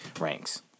ranks